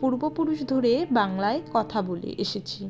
পূর্বপুরুষ ধরে বাংলায় কথা বলে এসেছি